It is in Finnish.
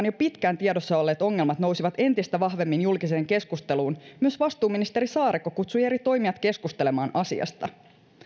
jo pitkään tiedossa olleet ongelmat nousivat entistä vahvemmin julkiseen keskusteluun myös vastuuministeri saarikko kutsui eri toimijat keskustelemaan asiasta